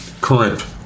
current